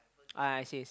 ah I see I see